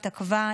התעכבה,